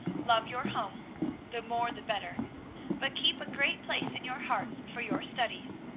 love your home the more the better but keep a great place in your hearts for your studies.